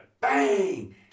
Bang